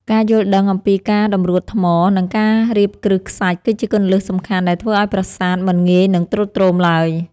ការយល់ដឹងអំពីការតម្រួតថ្ម និង ការរៀបគ្រឹះខ្សាច់គឺជាគន្លឹះសំខាន់ដែលធ្វើឱ្យប្រាសាទមិនងាយនឹងទ្រុឌទ្រោមឡើយ។